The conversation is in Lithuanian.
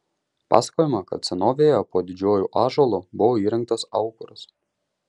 pasakojama kad senovėje po didžiuoju ąžuolu buvo įrengtas aukuras